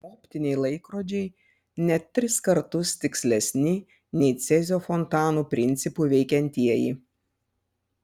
optiniai laikrodžiai net tris kartus tikslesni nei cezio fontanų principu veikiantieji